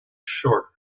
short